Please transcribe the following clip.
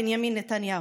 בנימין נתניהו,